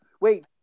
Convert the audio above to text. Wait